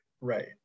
Right